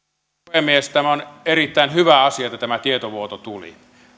puhemies tämä on erittäin hyvä asia että tämä tietovuoto tuli